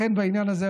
לכן בעניין הזה,